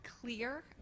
clear